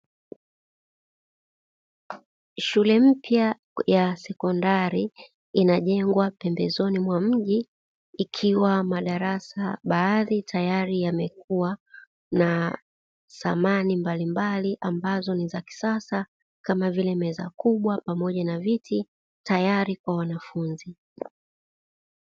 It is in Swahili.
Shule mpya ya sekondari inajengwa pembezoni mwa mji ikiwa madarasa baadhi tayari yamekuwa na thamani mbalimbali ambazo ni za kisasa kama; vile meza kubwa pamoja na viti tayari kwa wanafunzi.